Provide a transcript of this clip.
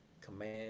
command